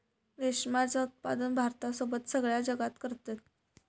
रेशमाचा उत्पादन भारतासोबत सगळ्या जगात करतत